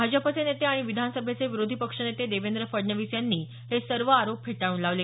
भाजपचे नेते आणि विधानसभेचे विरोधी पक्ष नेते देवेंद्र फडणवीस यांनी हे सर्व आरोप फेटाळून लावले